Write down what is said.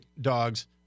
dogs